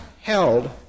held